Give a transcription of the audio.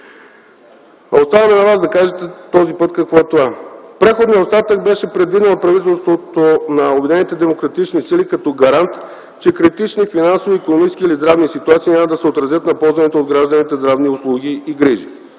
Оставаме на Вас да кажете този път какво е това. Преходният остатък беше предвиден от правителството на Обединените демократични сили като гарант, че в критични финансови, икономически или здравни ситуации няма да се отразят на ползваните от гражданите здравни услуги и грижи.